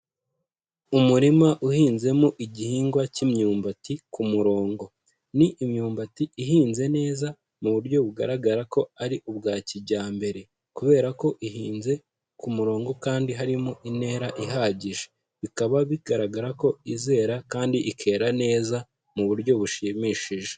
Umurima uhinzemo igihingwa cy'imyumbati ku murongo, ni imyumbati ihinze neza mu buryo bugaragara ko ari ubwa kijyambere kubera ko ihinze ku murongo kandi harimo intera ihagije. Bikaba bigaragara ko izera kandi ikera neza mu buryo bushimishije.